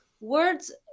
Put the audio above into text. words